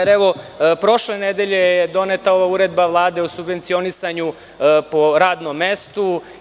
Evo, prošle nedelje je doneta Uredba Vlade o subvencionisanju po radnom mestu.